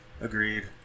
agreed